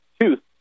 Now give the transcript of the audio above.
tooth